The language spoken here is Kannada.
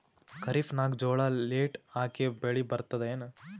ಖರೀಫ್ ನಾಗ ಜೋಳ ಲೇಟ್ ಹಾಕಿವ ಬೆಳೆ ಬರತದ ಏನು?